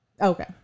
Okay